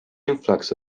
influx